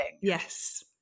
Yes